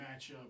matchup